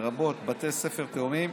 לרבות בתי ספר תאומים,